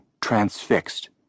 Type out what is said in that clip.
transfixed